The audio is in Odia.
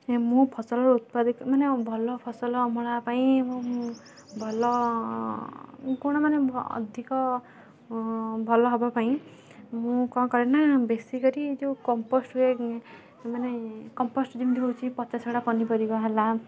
ମୁଁ ଫସଲର ଉତ୍ପାଦିତ ମାନେ ଭଲ ଫସଲ ଅମଳ ହେବା ପାଇଁ ଭଲ କ'ଣ ମାନେ ଅଧିକ ଭଲ ହବା ପାଇଁ ମୁଁ କ'ଣ କରେ ନା ବେଶୀକରି ଏ ଯେଉଁ କମ୍ପୋଷ୍ଟ ହୁଏ ମାନେ କମ୍ପୋଷ୍ଟ ଯେମିତି ହେଉଛି ପଚାସଢ଼ା ପନିପରିବା ହେଲା